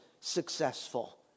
successful